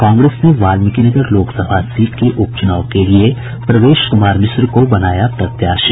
कांग्रेस ने वाल्मिकीनगर लोकसभा सीट के उपचुनाव के लिए प्रवेश कुमार मिश्र को बनाया प्रत्याशी